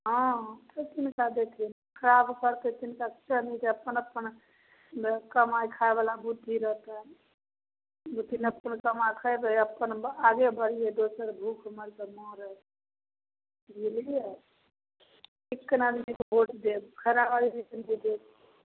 हँ तऽ किनका देथिन खराब करतै तिनका किएक देतै अपन अपन कमाइ खाइवला बुद्धि रहतनि जे फेर अपन कमा खएबै अपन आगे बढ़बै दोसर भूखे मरै तऽ मरै बुझलिए नीकसन आदमीके भोट देब खराब आदमीके नहि देब